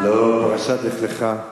לא, פרשת לך לך.